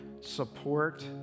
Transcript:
support